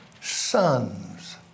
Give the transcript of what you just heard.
sons